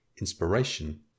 inspiration